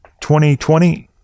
2020